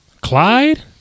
Clyde